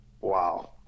wow